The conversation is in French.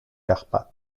carpates